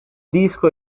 disco